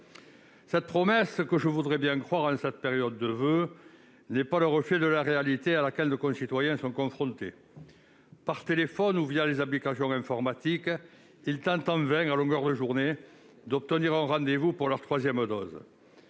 Cette promesse, à laquelle je voudrais bien croire en cette période de voeux, n'est pas reflétée par la réalité à laquelle nos concitoyens sont confrontés. Par téléphone ou sur les applications informatiques, ils tentent en vain, à longueur de journée, d'obtenir un rendez-vous pour leur troisième dose.